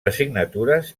assignatures